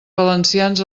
valencians